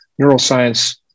neuroscience